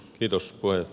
kiitos puhemies